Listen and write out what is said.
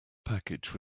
package